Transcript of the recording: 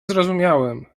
zrozumiałem